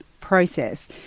process